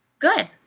Good